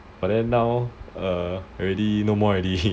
but then now err already no more already